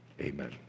Amen